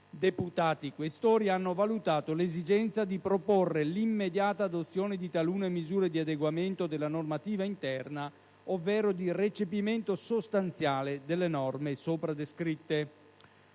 deputati Questori, hanno valutato l'esigenza di proporre l'immediata adozione di talune misure di adeguamento della normativa interna ovvero di recepimento sostanziale delle norme sopra descritte: